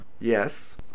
Yes